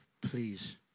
please